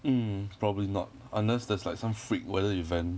mm probably not unless there's like some freak weather event